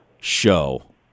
show